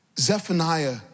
Zephaniah